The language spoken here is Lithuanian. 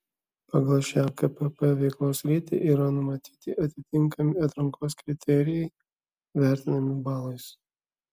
pagal šią kpp veiklos sritį yra numatyti atitinkami atrankos kriterijai vertinami balais